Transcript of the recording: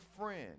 friend